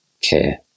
care